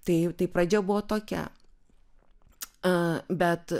tai tai pradžia buvo tokia a bet